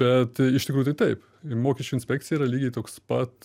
bet iš tikrųjų tai taip ir mokesčių inspekcija yra lygiai toks pat